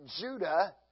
Judah